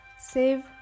Save